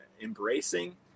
embracing